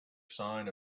sign